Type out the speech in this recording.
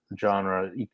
genre